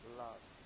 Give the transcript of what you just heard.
love